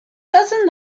dozen